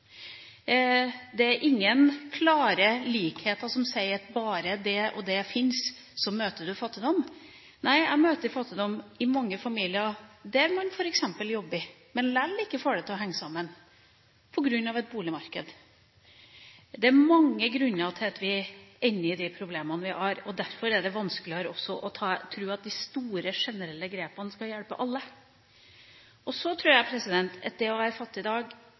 Det er ingen klare likheter som sier at bare det og det fins, så møter man fattigdom. Nei, jeg møter fattigdom i mange familier der man f.eks. jobber, men likevel ikke får det til å henge sammen på grunn av et boligmarked. Det er mange grunner til at vi ender opp med de problemene vi har, og derfor er det vanskeligere også å tro at de store, generelle grepene skal hjelpe alle. Så tror jeg at det å være fattig i dag